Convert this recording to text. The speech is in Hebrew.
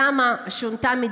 אלה מהסרטנים השכיחים ביותר,